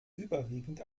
überwiegend